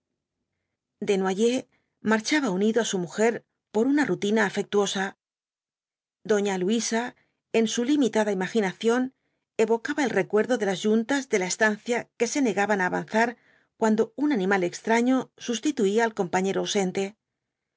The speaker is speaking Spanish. desnoyers marchaba unido á su mujer por una rutina afectuosa doña luisa en su limitada imaginación evocaba el recuerdo de las yuntas de la estancia que se negaban á avanzar cuando un animal extraño sustituía al compañero ausente